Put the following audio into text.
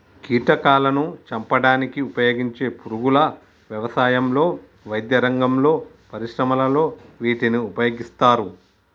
కీటకాలాను చంపడానికి ఉపయోగించే పురుగుల వ్యవసాయంలో, వైద్యరంగంలో, పరిశ్రమలలో వీటిని ఉపయోగిస్తారు